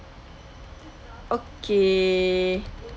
okay